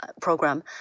program